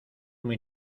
muy